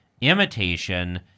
imitation